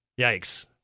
yikes